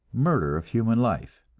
murder of human life.